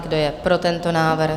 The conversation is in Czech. Kdo je pro tento návrh?